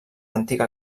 antiga